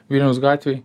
vilniaus gatvėj